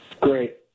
Great